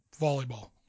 volleyball